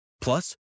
Plus